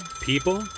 people